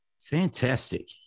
Fantastic